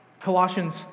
Colossians